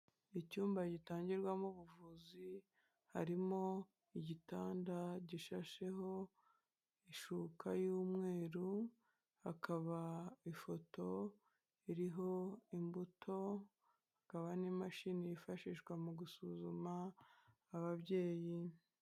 Icyumba gitangirwamo ubuvuzi harimo igitanda gishasheho ishuka y'umweru, hakaba ifoto iriho imbuto hakaba n'imashini yifashishwa mu gusuzuma ababyeyi.